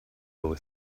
boy